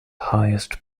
highest